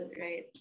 right